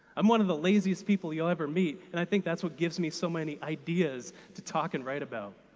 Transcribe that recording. i'm one of the laziest people you'll ever meet, and i think that's what gives me so many ideas to talk and write about.